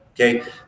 okay